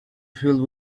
filled